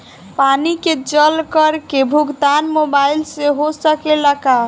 पानी के जल कर के भुगतान मोबाइल से हो सकेला का?